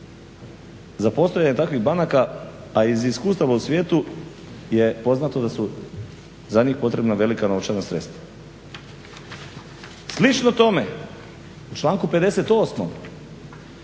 za postojanje takvih banaka, a iz iskustava u svijetu je poznato da su za njih potrebna velika novčana sredstva. Slično tome u članku 58.